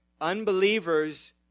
unbelievers